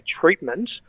treatment